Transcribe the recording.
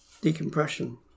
decompression